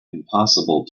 impossible